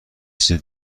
چیز